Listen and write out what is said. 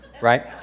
right